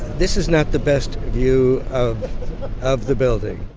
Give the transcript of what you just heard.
this is not the best view of of the building.